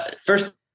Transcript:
first